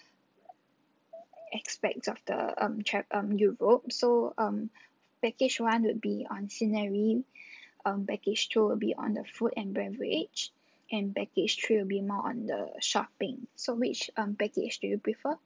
aspects of the um tra~ um europe so um package one would be on scenery um package two would be on the food and beverage and package three will be more on the shopping so which um package do you prefer